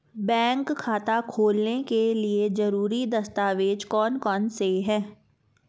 Bank खाता खोलने के लिए ज़रूरी दस्तावेज़ कौन कौनसे हैं?